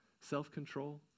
self-control